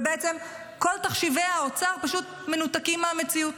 וכל תחשיבי האוצר פשוט מנותקים מהמציאות.